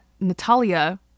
Natalia